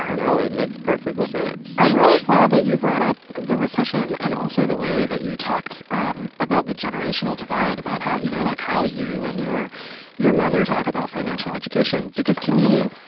no, it makes perfect sense i'm really glad that you brought up the recession and also the way that you talked um about the generational divide, about how you know, like, how you and your your mother talk about financial education because to me,